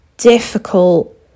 difficult